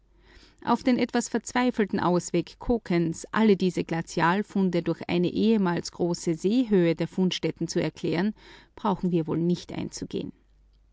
auf den etwas verzweifelten ausweg kokens alle diese glazialfunde durch eine ehemals große seehöhe der fundstätte zu erklären brauchen wir wohl nicht einzugehen